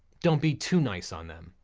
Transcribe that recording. don't be too nice on them.